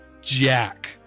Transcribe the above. Jack